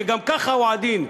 שגם ככה הוא עדין,